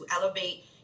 elevate